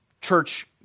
church